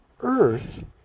earth